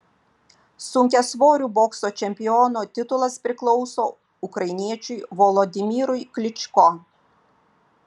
sunkiasvorių bokso čempiono titulas priklauso ukrainiečiui volodymyrui klyčko